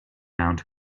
mount